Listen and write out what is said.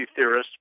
theorists